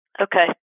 Okay